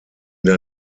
der